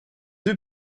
deux